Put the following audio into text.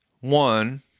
One